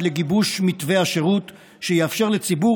עד לגיבוש מתווה השירות שיאפשר לציבור